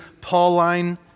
Pauline